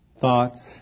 thoughts